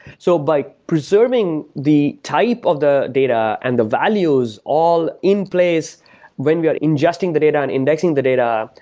so by preserving the type of the data and the values all in place when we're ingesting the data and indexing the data,